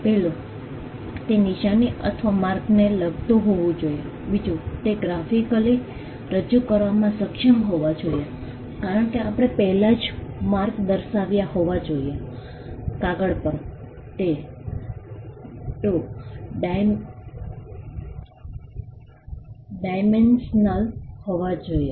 1 તે નિશાની અથવા માર્કmarkચિહ્ન ને લગતું હોવું જોઈએ 2 તે ગ્રાફિકલી રજૂ કરવામાં સક્ષમ હોવા જોઈએ કારણ કે આપણે પહેલાથી જ માર્ક દર્શાવ્યા હોવા જોઈએ કાગળ પર તે 2 ડાયમેન્સ્નલ હોવા જોઈએ